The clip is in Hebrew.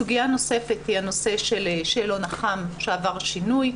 סוגיה נוספת היא הנושא של שאלון אח"מ שעבר שינוי,